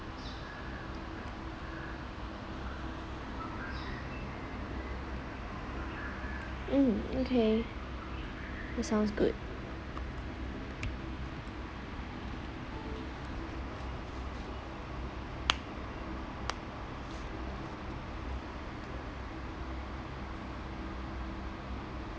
mm okay that sounds good